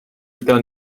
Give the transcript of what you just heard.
gun